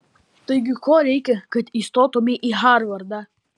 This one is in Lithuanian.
taigi ko reikia kad įstotumei į harvardą